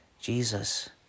Jesus